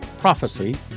prophecy